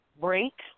break